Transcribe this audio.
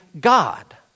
God